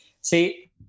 See